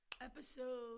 episode